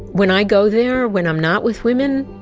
when i go there, when i'm not with women,